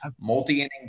Multi-inning